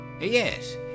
Yes